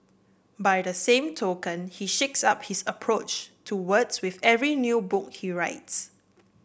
by the same token he shakes up his approach to words with every new book he writes